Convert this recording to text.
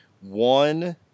One